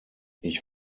ich